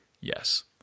yes